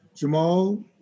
Jamal